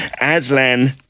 Aslan